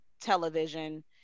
television